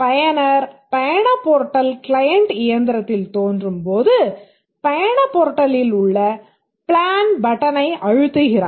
பயனர் பயணப் portal client இயந்திரத்தில் தோன்றும் போது பயணப் போர்ட்டலில் உள்ள பிளான் பட்டனை அழுத்துகிறார்